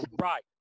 right